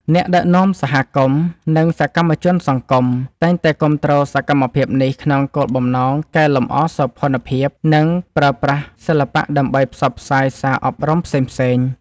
អ្នកដឹកនាំសហគមន៍ និងសកម្មជនសង្គម តែងតែគាំទ្រសកម្មភាពនេះក្នុងគោលបំណងកែលម្អសោភ័ណភាព និងប្រើប្រាស់សិល្បៈដើម្បីផ្សព្វផ្សាយសារអប់រំផ្សេងៗ។